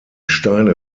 steine